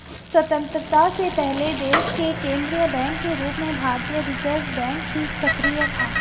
स्वतन्त्रता से पहले देश के केन्द्रीय बैंक के रूप में भारतीय रिज़र्व बैंक ही सक्रिय था